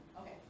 Okay